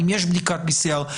האם יש בדיקת PCR,